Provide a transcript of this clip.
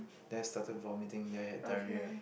then I started vomiting then I had diarrhea